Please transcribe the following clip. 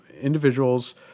individuals